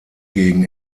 gegen